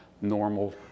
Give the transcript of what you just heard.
normal